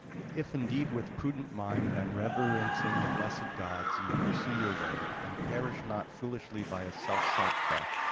if indeed with prudent mind and reverencing the blessed gods ye pursue your way and perish not foolishly by a self-sought death,